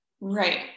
Right